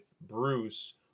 Bruce